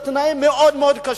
בתנאים מאוד מאוד קשים,